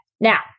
Now